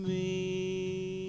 me